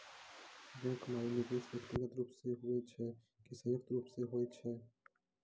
Bank माई निवेश व्यक्तिगत रूप से हुए छै की संयुक्त रूप से होय छै?